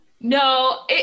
No